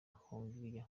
hongiriya